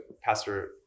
Pastor